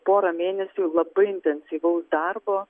pora mėnesių labai intensyvaus darbo